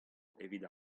evit